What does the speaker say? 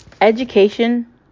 Education